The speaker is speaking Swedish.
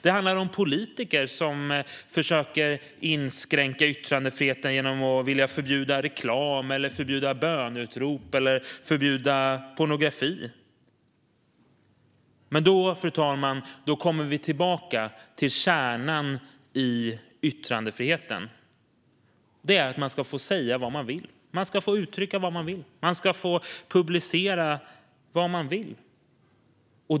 Det handlar om politiker som försöker inskränka yttrandefriheten genom att vilja förbjuda reklam, böneutrop eller pornografi. Men då kommer vi tillbaka till kärnan i yttrandefriheten: Man ska få säga, uttrycka och publicera vad man vill. Fru talman!